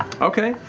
okay,